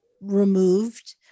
removed